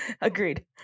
Agreed